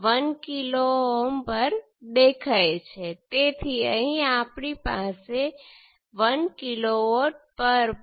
અને તે જ વોલ્ટેજ અહીં દેખાય છે અને તે 1 કિલો Ω × I2 છે